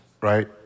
right